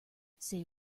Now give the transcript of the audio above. say